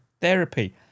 therapy